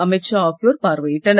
அமித் ஷா ஆகியோர் பார்வையிட்டனர்